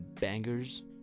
bangers